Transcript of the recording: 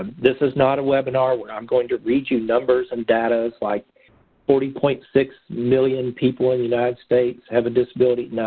um this is not a webinar where i'm going to read you numbers and data like forty point six million people in the united states have a disability no,